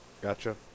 Gotcha